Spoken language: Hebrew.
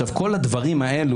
ראית?